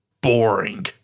boring